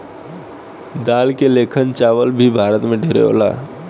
दाल के लेखन चावल भी भारत मे ढेरे चलेला